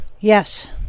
yes